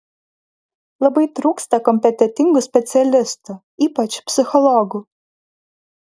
labai trūksta kompetentingų specialistų ypač psichologų